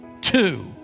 two